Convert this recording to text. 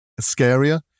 scarier